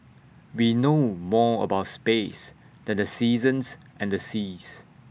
we know more about space than the seasons and the seas